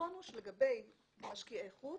הנכון הוא שלגבי משקיעי חוץ,